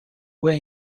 were